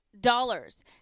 dollars